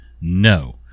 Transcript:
No